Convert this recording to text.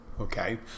Okay